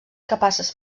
capaces